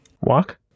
walk